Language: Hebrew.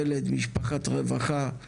ילד משפחת רווחה,